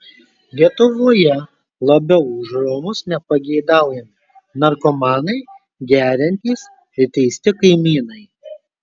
lietuvoje labiau už romus nepageidaujami narkomanai geriantys ir teisti kaimynai